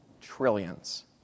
trillions